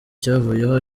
cyavuyeho